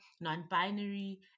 non-binary